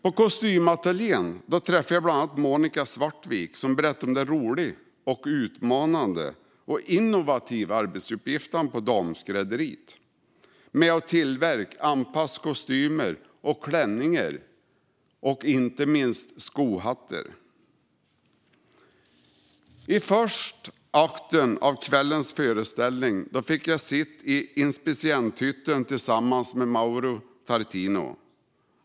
I kostymateljén träffade jag bland andra Monica Svartvik, som berättade om de roliga, utmanande och innovativa arbetsuppgifterna på damskrädderiet där man tillverkar och anpassar kostymer, klänningar och inte minst skohattar. Under första akten av kvällens föreställning fick jag sitta i inspicienthytten tillsammans med Mauro Tarantino.